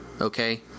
Okay